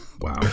Wow